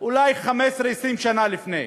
אולי 15 20 שנה לפני,